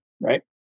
right